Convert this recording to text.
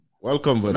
welcome